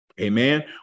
amen